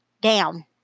down